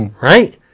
right